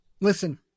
listen